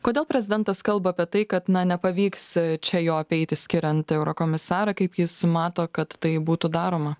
kodėl prezidentas kalba apie tai kad na nepavyks čia jo apeiti skiriant eurokomisarą kaip jis mato kad tai būtų daroma